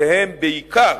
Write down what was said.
שהם בעיקר,